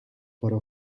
for